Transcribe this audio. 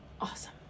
Awesome